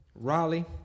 Raleigh